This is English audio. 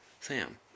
Sam